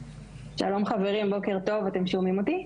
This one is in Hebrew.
שלום חברים, בוקר טוב, אתם שומעים אותי?